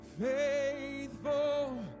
faithful